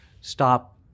stop